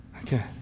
Okay